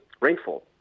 rainfall